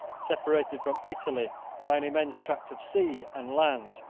separated from italy by an immense tract of sea and land,